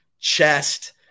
chest